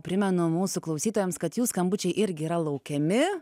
primenu mūsų klausytojams kad jų skambučiai irgi yra laukiami